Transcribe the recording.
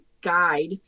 guide